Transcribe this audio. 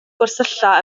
gwersylla